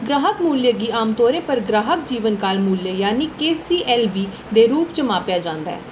ग्राहक मूल्ये गी आमतोरै उप्पर ग्राहक जीवन काल मूल्य जानी के सी एल बी दे रूप च मापेआ जांदा ऐ